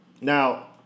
Now